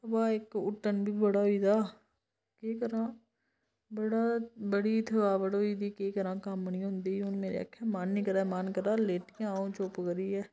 बा इक हुट्टन बी बड़ा होई गेदा केह् करां बड़ा बड़ी थकावट होई गेदी केह् करां कम्म नी होंदी हून मेरे आक्खे मन नि करा दा मन करै दा लेटी जां हून चुप करियै